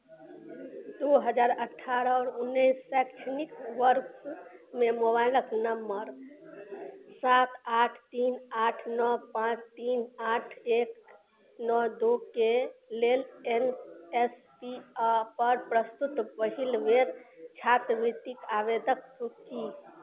दू हजार अठारह आओर उन्नैस शैक्षणिक वर्षमे मोबाइलक नम्बर सात आठ तीन आठ नओ पाँच तीन आठ एक नओ दूके लेल एन एस पी आ पर प्रस्तुत पहिल बेर छात्रवृत्तिक आवेदक सूची